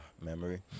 memory